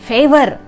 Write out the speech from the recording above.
Favor